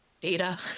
data